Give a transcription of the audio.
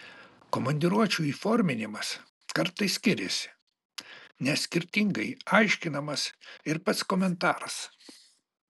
komandiruočių įforminimas kartais skiriasi nes skirtingai aiškinamas ir pats komentaras